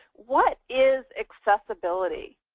what is accessibility?